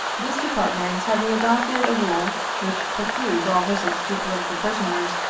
this department having adopted a rule which precludes all visits to political prisoners,